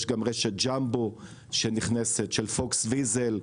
יש גם רשת ג'מבו שנכנסת של פוקס ויזל,